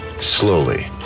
slowly